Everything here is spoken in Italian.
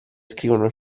scrivono